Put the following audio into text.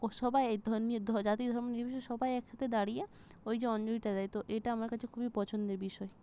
সবাই জাতি ধর্ম নির্বিশেষে সবাই একসাথে দাঁড়িয়ে ওই যে অঞ্জলিটা দেয় তো এটা আমার কাছে খুবই পছন্দের বিষয়